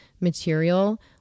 material